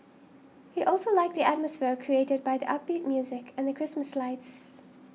he also liked the atmosphere created by the upbeat music and the Christmas lights